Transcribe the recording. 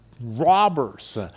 robbers